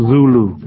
Zulu